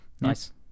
Nice